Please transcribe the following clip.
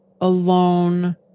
alone